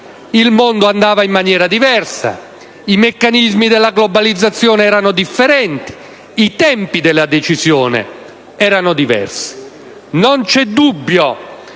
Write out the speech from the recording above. il mondo andava in maniera diversa, i meccanismi della globalizzazione erano differenti e i tempi della decisione erano diversi. Non c'è dubbio